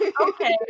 Okay